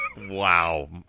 Wow